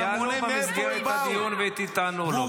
אז יעלו במסגרת הדיון, ותענו לו.